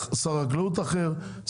שר החקלאות אחר,